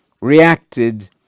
reacted